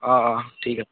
অঁ অঁ ঠিক আছে